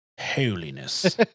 holiness